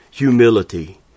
humility